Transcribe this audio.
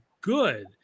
good